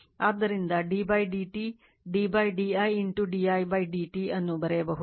ಆದ್ದರಿಂದ d d t d d i d i d t ಅನ್ನು ಬರೆಯಬಹುದು